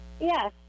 Yes